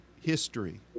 history